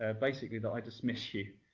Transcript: ah basically, that i dismiss you.